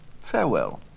farewell